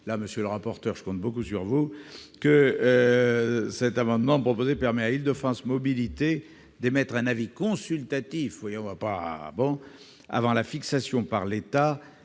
Monsieur le rapporteur, je compte beaucoup sur vous pour cet amendement, qui vise à permettre à Île-de-France Mobilités d'émettre un avis consultatif avant la fixation par l'État